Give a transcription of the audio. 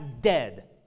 dead